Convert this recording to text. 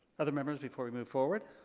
other members, before we move forward?